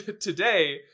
today